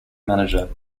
manager